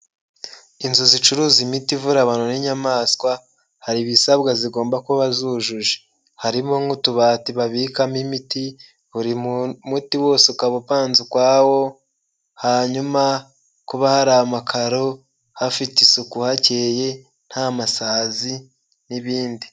Inzu zicuruza imiti ivura abantu n'inyamaswa hari ibisabwa zigomba kuba zujuje harimo nk'utubati babikamo imiti buri muti wose ukaba upan ukwawo hanyuma kuba hari amakaro hafite isuku hakeye nta masazi n'ibindi.